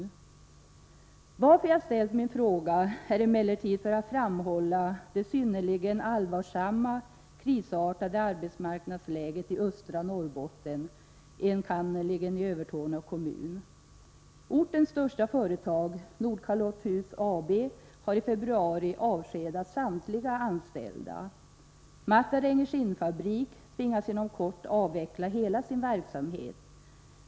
Anledningen till att jag ställt min fråga är emellertid att jag vill framhålla det synnerligen allvarsamma och krisartade arbetsmarknadsläget i östra Norrbotten, enkannerligen i Övertorneå kommun. Matarengi Skinnprodukter AB tvingas inom kort avveckla hela sin verksamhet.